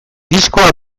diskoa